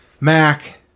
Mac